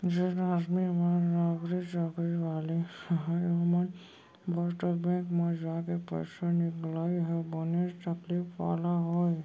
जेन आदमी मन नौकरी चाकरी वाले रहय ओमन बर तो बेंक म जाके पइसा निकलाई ह बनेच तकलीफ वाला होय